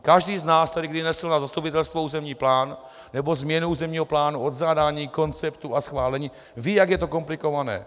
Každý z nás, který kdy nesl na zastupitelstvo územní plán nebo změnu územního plánu od zadání konceptu a schválení, ví, jak je to komplikované.